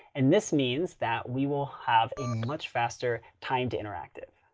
and this means that we will have a much faster time to interactive.